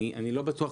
אני לא בטוח.